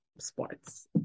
sports